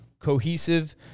cohesive